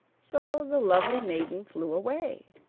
so the lovely maiden flew away.